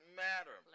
matter